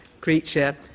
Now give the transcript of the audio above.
creature